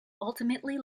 ultimately